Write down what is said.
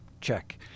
check